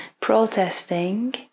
protesting